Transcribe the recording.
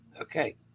Okay